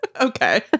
Okay